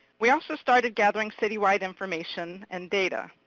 we also started gathering city-wide information and data.